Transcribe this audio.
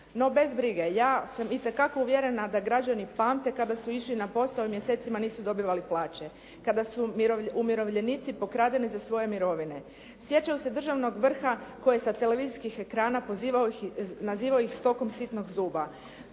No bez brige, ja sam itekako uvjerena da građani pamte kada su išli na posao i mjesecima nisu dobivali plaće, kada su umirovljenici pokradeni za svoje mirovine. Sjećam se državnog vrha koje sa televizijskih ekrana nazivaju ih stokom sitnog zuba.